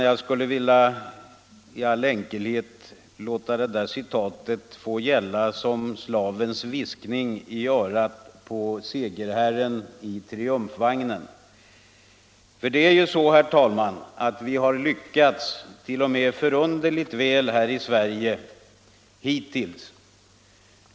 Jag skulle i stället i all enkelhet vilja låta detta citat få gälla som slavens viskning i örat på segerherren i triumfvagnen. Herr talman! Vi har lyckats, t.o.m. förunderligt väl, här i Sverige hittills.